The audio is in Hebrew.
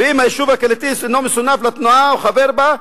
ואם היישוב הקהילתי אינו מסונף לתנועה כאמור או חבר בה,